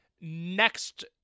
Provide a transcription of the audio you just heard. next